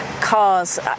cars